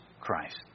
Christ